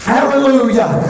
Hallelujah